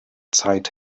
zeit